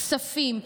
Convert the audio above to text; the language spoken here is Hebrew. כספים,